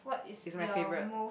is my favourite